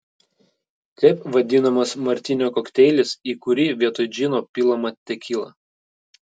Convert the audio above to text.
kaip vadinamas martinio kokteilis į kurį vietoj džino pilama tekila